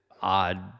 odd—